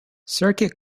circuit